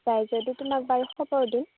যায় যদি তোমাক বাৰু খবৰ দিম